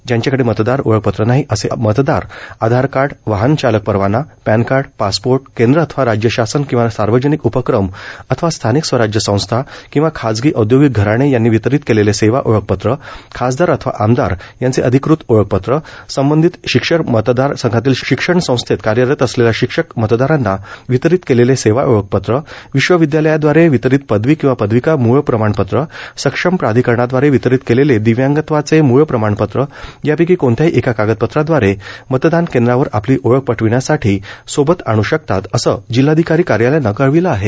ज्यांच्याकडे मतदार ओळखपत्र नाही असे मतदार आधार कार्ड वाहन चालक परवाना पॅन कार्ड पासपोर्ट केंद्र अथवा राज्यशासन किंवा सार्वजनिक उपक्रम अथवा स्थानिक स्वराज्य संस्था किंवा खाजगी औदयोगिक घराणे यांनी वितरीत केलेले सेवा ओळखपत्र खासदार अथवा आमदार यांचे अधिकृत ओळखपत्र संबंधित शिक्षक मतदार संघातील शिक्षण संस्थेत कार्यरत असलेल्या शिक्षक मतदारांना वितरीत केलेले सेवाओळखपत्र विश्वविद्यालयादवारे वितरीत पदवी किंवा पदविका मूळप्रमाणपत्र सक्षम प्राधिकरणाद्वारे वितरीत केलेले दिव्यांगत्वाचे मूळप्रमाणपत्र यापैकी कोणत्याही एका कागदपत्राद्वारे मतदान केंद्रावर आपली ओळख पटविण्यासाठी सोबत आणू शकतात असं जिल्हाधिकारी कार्यालयानं कळविलं आहे